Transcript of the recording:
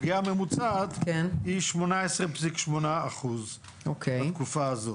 אז הפגיעה הממוצעת היא 18.8% בתקופה הזאת.